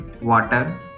water